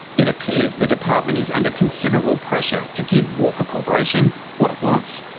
it appears the department is under considerable pressure to give walker corporation what it wants.